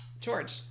George